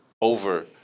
Over